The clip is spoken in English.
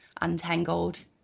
Untangled